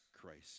Christ